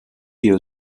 you